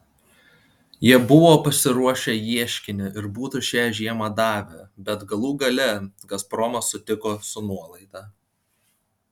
jie buvo pasiruošę ieškinį ir būtų šią žiemą davę bet galų gale gazpromas sutiko su nuolaida